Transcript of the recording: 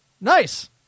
Nice